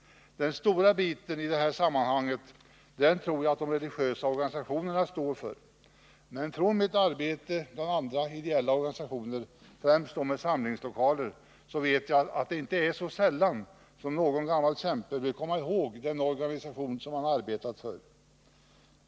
Den stora biten i det här sammanhanget tror jag att de religiösa organisationerna står för, men från mitt arbete bland andra ideella organisationer, främst då med samlingslokaler, vet jag att det inte är så sällan som någon gammal kämpe vill komma ihåg den organisation som han arbetat för.